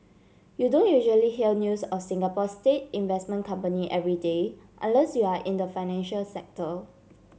you don't usually hear news of Singapore's state investment company every day unless you're in the financial sector